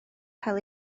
cael